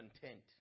content